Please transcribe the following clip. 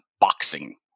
boxing